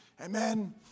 Amen